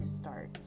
start